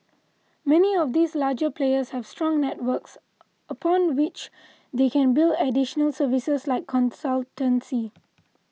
many of these larger players have strong networks upon which they can build additional services like consultancy